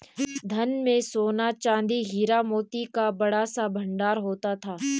धन में सोना, चांदी, हीरा, मोती का बड़ा सा भंडार होता था